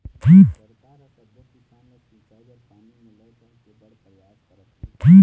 सरकार ह सब्बो किसान ल सिंचई बर पानी मिलय कहिके बड़ परयास करत हे